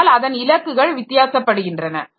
ஆனால் அதன் இலக்குகள் வித்தியாசப்படுகின்றன